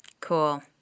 Cool